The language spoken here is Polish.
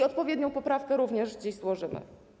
I odpowiednią poprawkę również dziś złożymy.